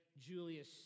Julius